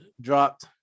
dropped